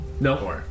No